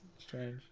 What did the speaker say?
Strange